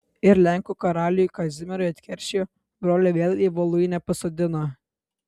ir lenkų karaliui kazimierui atkeršijo brolį vėl į voluinę pasodino